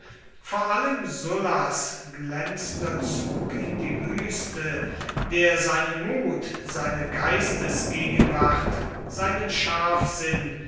vor allem sullas glänzender zug in die wüste der seinen mut seine geistesgegenwart seinen scharfsinn